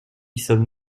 sommes